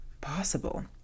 possible